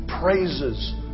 praises